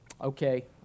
Okay